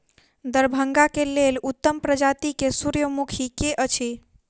दरभंगा केँ लेल उत्तम प्रजाति केँ सूर्यमुखी केँ अछि?